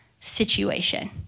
situation